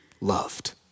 loved